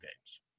games